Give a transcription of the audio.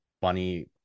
funny